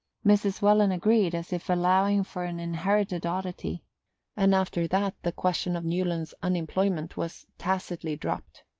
mrs. welland agreed, as if allowing for an inherited oddity and after that the question of newland's unemployment was tacitly dropped.